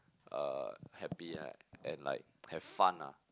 uh happy like and like have fun ah